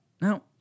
Now